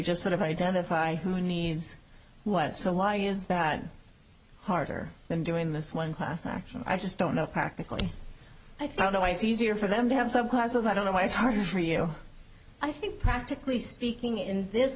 just sort of identify who needs what so why is that harder than doing this one class or i just don't know practically i thought i know it's easier for them to have some courses i don't know why it's harder for you i think practically speaking in this